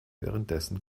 währenddessen